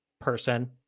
person